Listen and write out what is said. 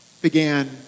began